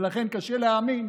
ולכן קשה להאמין,